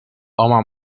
home